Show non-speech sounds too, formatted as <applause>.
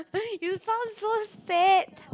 <laughs> you sound so sad